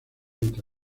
entre